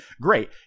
great